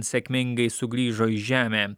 sėkmingai sugrįžo į žemę